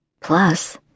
Plus